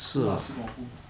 是 lah still got who